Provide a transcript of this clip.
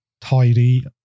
tidy